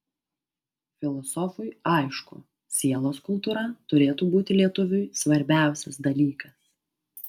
filosofui aišku sielos kultūra turėtų būti lietuviui svarbiausias dalykas